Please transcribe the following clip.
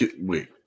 Wait